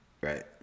right